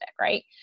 Right